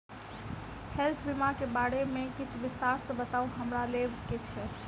Health बीमा केँ बारे किछ विस्तार सऽ बताउ हमरा लेबऽ केँ छयः?